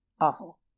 Awful